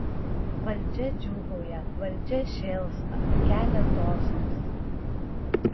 valdžia džiūgauja valdžia šėlsta kelia tostus